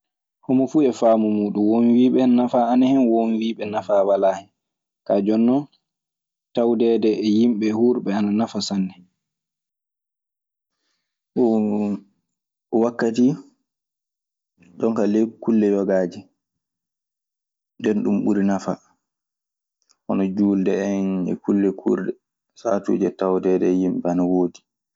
Homo fu e famu mudum, wom biɓe nafa ana hen. wom biɓe nafa wala hen ka djonnon tawdeede e yimɓe hurɓe ana nafa sanne. Ɗum waktati, jooni ka ley kulle yogaaje. Nden ɗum ɓuri nafa. Hono juulde en e kulle kurɗe sahaatuji tawdeede e yimɓe ana woodi.